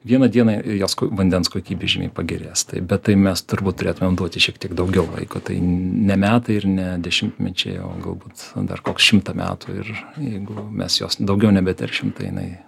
vieną dieną jos vandens kokybė žymiai pagerės bet tai mes turbūt turėtumėm duoti šiek tiek daugiau laiko tai ne metai ir ne dešimtmečiai o galbūt dar koks šimtą metų ir jeigu mes jos daugiau nebeteršim tai jinai